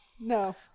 No